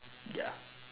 ya